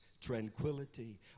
tranquility